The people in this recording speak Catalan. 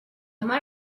mar